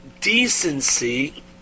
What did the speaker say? decency